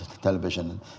Television